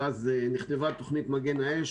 ואז נכתבה תוכנית "מגן האש",